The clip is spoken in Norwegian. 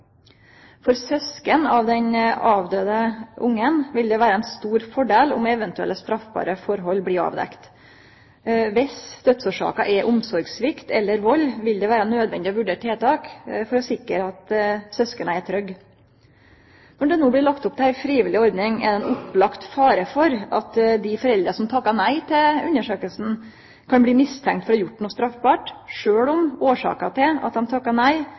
For sysken av den avdøde ungen vil det vere ein stor fordel om eventuelle straffbare forhold blir avdekte. Dersom dødsårsaka er omsorgssvikt eller vald, vil det vere nødvendig å vurdere tiltak for å sikre at syskena er trygge. Når det no blir lagt opp til ei frivillig ordning, er det ein opplagd fare for at dei foreldra som takkar nei til undersøkinga, kan bli mistenkte for å ha gjort noko straffbart, sjølv om årsaka til at dei takkar nei,